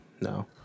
No